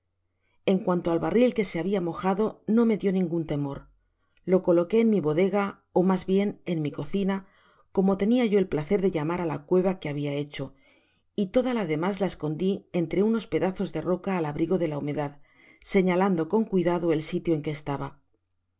en cuanto al barril que se habia mojado no me dió ningun temor lo coloqué en mi bodega ó mas bien en mi cocina como tenia yo el placer de llamar á la cueva que habia becho y toda la demas la escondi entre unos pedazos de roca al abrigo de la humedad señalando con cuidado el sitio en que estaba durante